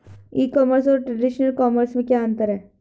ई commerce और traditional commerce में क्या अंतर है?